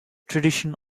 tradition